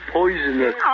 poisonous